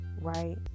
right